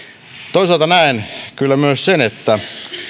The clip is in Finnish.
toisaalta näen kyllä myös sen että